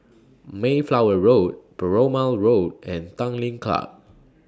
Mayflower Road Perumal Road and Tanglin Club